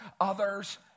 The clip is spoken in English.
others